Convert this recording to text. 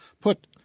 Put